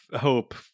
hope